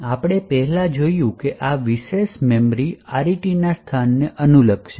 આપણે પહેલાં જોયું છે કે આ વિશેષ મેમરી RETના સ્થાનને અનુલક્ષે છે